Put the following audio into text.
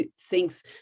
thinks